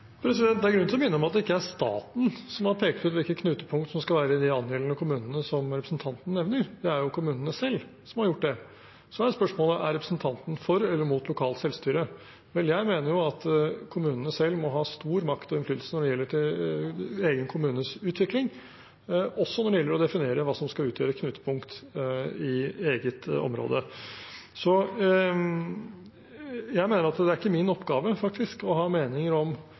Det er grunn til å minne om at det ikke er staten som har pekt ut hvilke knutepunkt som skal være i de angjeldende kommunene som representanten nevner. Det er jo kommunene selv som har gjort det. Så er spørsmålet: Er representanten for eller imot lokalt selvstyre? Jeg mener at kommunene selv må ha stor makt og innflytelse når det gjelder egen kommunes utvikling, også når det gjelder å definere hva som skal utgjøre knutepunkt i eget område. Jeg mener faktisk at det ikke er min oppgave å ha meninger om